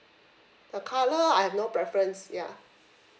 the colour I've no preference ya